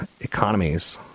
economies